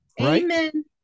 Amen